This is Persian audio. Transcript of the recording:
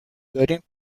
داریم